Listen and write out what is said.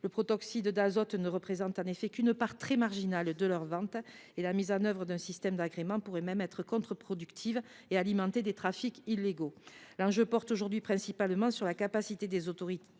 Le protoxyde d’azote ne représente en effet qu’une part très marginale de leurs ventes. La mise en œuvre d’un système d’agrément pourrait même se révéler contre productive et alimenter des trafics illégaux. L’enjeu porte aujourd’hui principalement sur la capacité des autorités